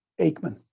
Aikman